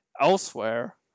elsewhere